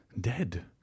dead